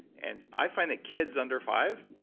and i find that kids under five,